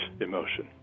emotion